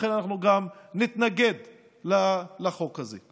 לכן, אנחנו גם נתנגד לחוק הזה.